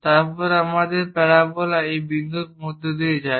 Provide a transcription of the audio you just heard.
তারপর আমাদের প্যারাবোলা এই বিন্দুর মধ্য দিয়ে যায়